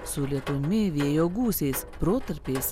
su lietumi vėjo gūsiais protarpiais